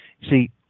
See